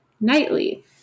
nightly